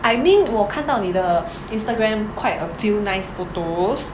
I mean 我看到你的 Instagram quite a few nice photos